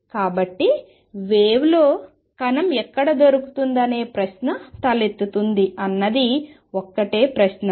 కాబట్టి వేవ్లో కణం ఎక్కడ దొరుకుతుందనే ప్రశ్న తలెత్తుతుంది అన్నది ఒక్కటే ప్రశ్న